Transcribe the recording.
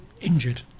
Injured